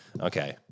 Okay